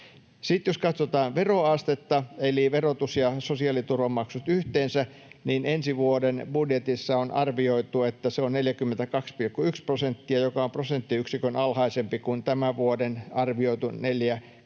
jos katsotaan veroastetta, eli verotus ja sosiaaliturvamaksut yhteensä, niin ensi vuoden budjetissa on arvioitu, että se on 42,1 prosenttia, joka on prosenttiyksikön alhaisempi kuin tämän vuoden arvioitu 43